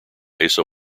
asa